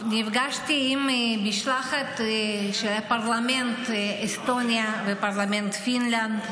נפגשתי עם משלחת של הפרלמנט של אסטוניה ושל הפרלמנט של פינלנד,